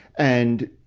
and,